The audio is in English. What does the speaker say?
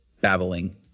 babbling